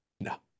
No